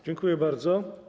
Dziękuję bardzo.